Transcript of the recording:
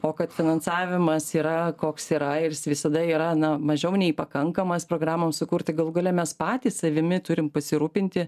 o kad finansavimas yra koks yra ir jis visada yra na mažiau nei pakankamas programoms sukurti galų gale mes patys savimi turim pasirūpinti